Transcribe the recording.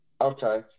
Okay